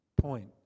point